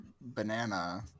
banana